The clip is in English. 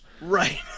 Right